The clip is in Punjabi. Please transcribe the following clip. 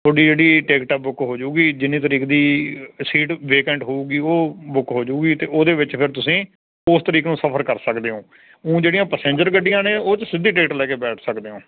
ਤੁਹਾਡੀ ਜਿਹੜੀ ਟਿਕਟ ਏ ਬੁੱਕ ਹੋ ਜੂਗੀ ਜਿੰਨੀ ਤਾਰੀਖ ਦੀ ਸੀਟ ਵੈਕੰਟ ਹੋਵੇਗੀ ਉਹ ਬੁੱਕ ਹੋ ਜੂਗੀ ਅਤੇ ਉਹਦੇ ਵਿੱਚ ਫਿਰ ਤੁਸੀ ਉਸ ਤਾਰੀਖ ਨੂੰ ਸਫਰ ਕਰ ਸਕਦੇ ਹੋ ਜਿਹੜੀਆਂ ਪੈਸੰਜਰ ਗੱਡੀਆਂ ਨੇ ਉਹਦੇ ਵਿੱਚ ਤੁਸੀ ਟਿਕਟ ਲੈ ਕੇ ਬੈਠ ਸਕਦੇ ਹੋ